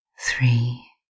three